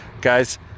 Guys